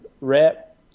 rep